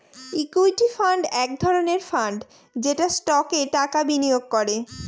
equity fund এক ধরনের fund যেটা স্টকে টাকা বিনিয়োগ করে